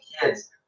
kids